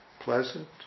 pleasant